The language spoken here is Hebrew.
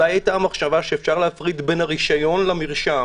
מחשבה שאפשר להפריד בין הרשיון למרשם